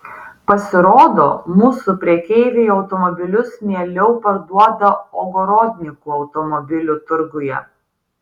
pasirodo mūsų prekeiviai automobilius mieliau parduoda ogorodnikų automobilių turguje